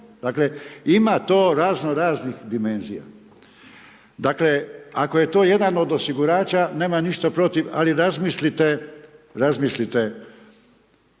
Dakle, ima to razno-raznih dimenzija. Dakle, ako je to jedan od osigurača nemam ništa protiv, ali razmislite, razmislite